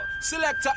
selector